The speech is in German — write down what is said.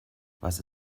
was